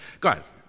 Guys